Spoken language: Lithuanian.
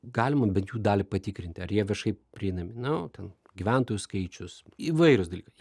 galima bet jų dalį patikrinti ar jie viešai prieinami no ten gyventojų skaičius įvairiūs dalykai